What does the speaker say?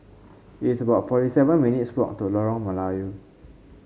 it's about forty seven minutes' walk to Lorong Melayu